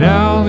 Now